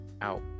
out